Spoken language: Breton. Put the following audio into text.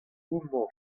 homañ